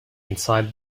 inside